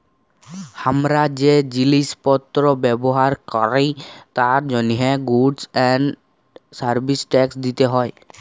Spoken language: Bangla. হামরা যে জিলিস পত্র ব্যবহার ক্যরি তার জন্হে গুডস এন্ড সার্ভিস ট্যাক্স দিতে হ্যয়